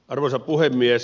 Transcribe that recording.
arvoisa puhemies